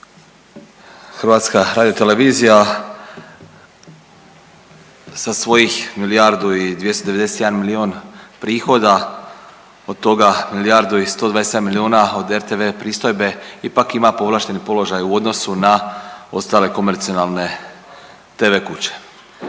smatram da HRT sa svojih milijardu i 291 milion prihoda o toga milijardu i 127 milijuna od rtv pristojbe ipak ima povlašteni položaj u odnosu na ostale komercionalne tv kuće.